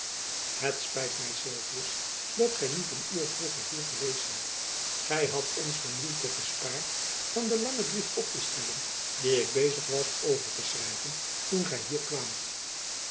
het spijt my sylvius dat gy niet een uur vroeger hier geweest zijt gy hadt ons de moeite gespaard van den langen brief op te stellen dien ik bezig was over te schrijven toen gy hier kwaamt